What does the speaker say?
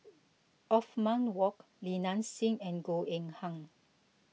Othman Wok Li Nanxing and Goh Eng Han